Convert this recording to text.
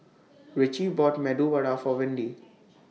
Richie bought Medu Vada For Windy